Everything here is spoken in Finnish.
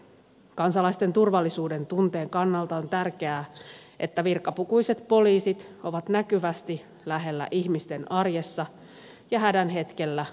kansalaisten turvallisuudentunteen kannalta on tärkeää että virkapukuiset poliisit ovat näkyvästi lähellä ihmisten arjessa ja hädän hetkellä nopeasti paikalla